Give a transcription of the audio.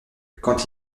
quand